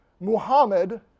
Muhammad